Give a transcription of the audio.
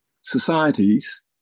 societies